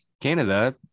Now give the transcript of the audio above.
Canada